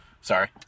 Sorry